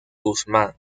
guzmán